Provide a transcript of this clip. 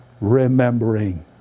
remembering